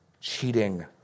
cheating